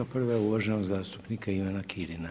Prva je uvaženog zastupnika Ivana Kirina.